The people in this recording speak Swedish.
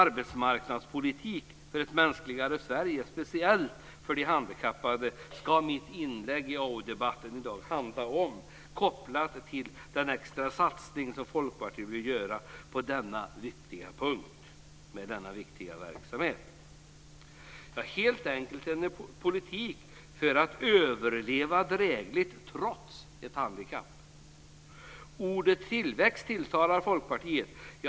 Mitt anförande i AU-debatten i dag ska handla om arbetsmarknadspolitik för ett mänskligare Sverige, speciellt för de handikappade, kopplat till den extra satsning som Folkpartiet vill göra på denna viktiga punkt. Det handlar helt enkelt om en politik för att man ska kunna leva drägligt trots att man har ett handikapp. Ordet tillväxt tilltalar Folkpartiet.